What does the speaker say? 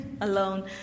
alone